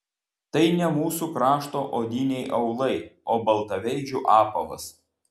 tai ne mūsų krašto odiniai aulai o baltaveidžių apavas